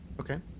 Okay